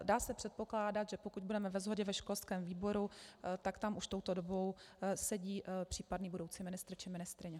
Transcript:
Dá se předpokládat, že pokud budeme ve shodě ve školském výboru, tak tam už touto dobou sedí případný budoucí ministr či ministryně.